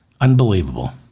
unbelievable